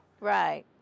Right